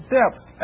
depth